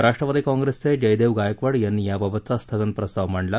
राष्ट्रवादी काँग्रेसचे जयदेव गायकवाड यांनी याबाबतचा स्थगन प्रस्ताव मांडला